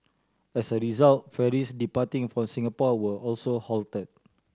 as a result ferries departing from Singapore were also halted